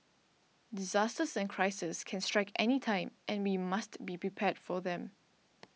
disasters and crises can strike anytime and we must be prepared for them